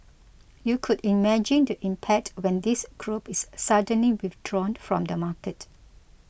you could imagine the impact when this group is suddenly withdrawn from the market